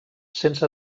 sense